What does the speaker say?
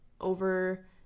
over